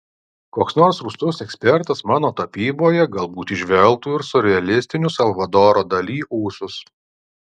koks nors rūstus ekspertas mano tapyboje galbūt įžvelgtų ir siurrealistinius salvadoro dali ūsus